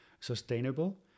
sustainable